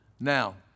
Now